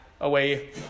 away